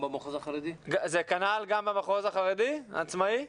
זה כנ"ל גם במחוז החרדי, העצמאי?